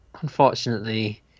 unfortunately